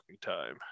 time